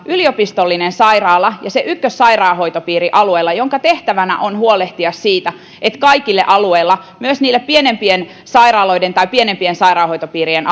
yliopistollinen sairaala ja se ykkössairaanhoitopiiri alueella jonka tehtävänä on huolehtia siitä että kaikille alueille myös niille pienempien sairaaloiden ja pienempien sairaanhoitopiirien